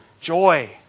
joy